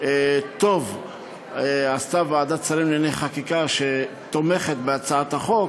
טוב עשתה ועדת השרים לענייני חקיקה שהחליטה שהיא תומכת בהצעת החוק.